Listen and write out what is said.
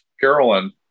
Carolyn